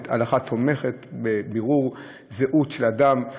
ההלכה תומכת בבירור הזהות של אדם,